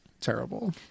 terrible